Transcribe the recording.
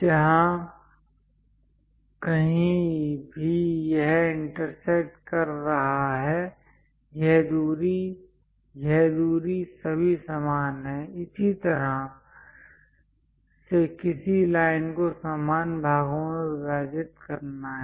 जहाँ कहीं भी यह इंटरसेक्ट कर रहा है यह दूरी यह दूरी सभी समान हैं इस तरह से किसी लाइन को समान भागों में विभाजित करना है